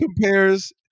compares